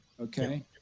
Okay